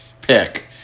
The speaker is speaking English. pick